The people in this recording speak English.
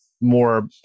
more